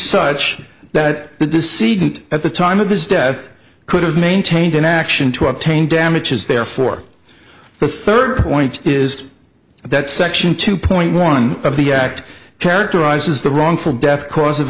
such that the deceit and at the time of his death could have maintained an action to obtain damages therefore the third point is that section two point one of the act characterizes the wrongful death cause of